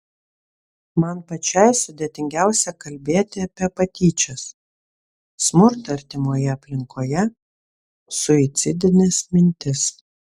man pačiai sudėtingiausia kalbėti apie patyčias smurtą artimoje aplinkoje suicidines mintis